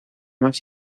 más